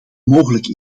mogelijk